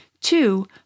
Two